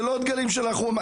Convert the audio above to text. זה לא דגלים של החמאס,